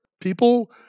People